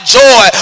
joy